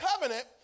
covenant